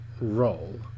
role